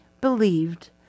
believed